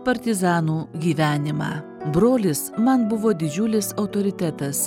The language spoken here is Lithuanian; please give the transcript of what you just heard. partizanų gyvenimą brolis man buvo didžiulis autoritetas